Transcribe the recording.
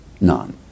None